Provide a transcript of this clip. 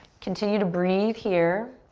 continue to breathe here.